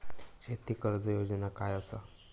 शेती कर्ज योजना काय असा?